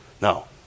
No